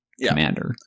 commander